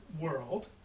world